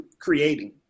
creating